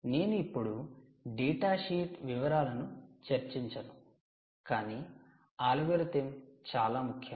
నేను ఇప్పుడు data sheet వివరాలను చర్చించను కాని ఆల్గోరిథమ్ చాలా ముఖ్యం